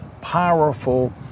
powerful